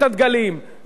ראינו את הססמאות,